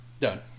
Done